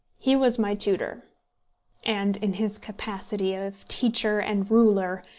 he was my tutor and in his capacity of teacher and ruler,